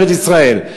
בארץ-ישראל.